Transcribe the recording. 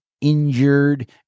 injured